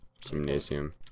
Gymnasium